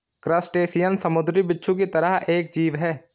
crustacean समुंद्री बिच्छू की तरह एक जीव है